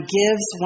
gives